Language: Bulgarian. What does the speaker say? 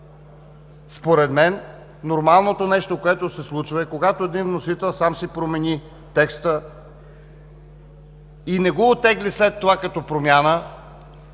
Според мен нормалното нещо, когато се случва, е, когато един вносител сам си промени текста и не го оттегли след това като промяна